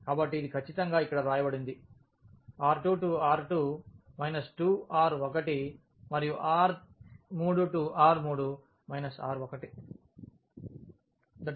కాబట్టి ఇది ఖచ్చితంగా ఇక్కడ వ్రాయబడింది R2R2 2R1మరియు R3R3 R1